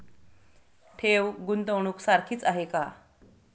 ठेव, गुंतवणूक सारखीच आहे का?